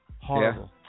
Horrible